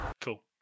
Cool